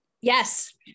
yes